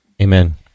amen